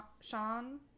Sean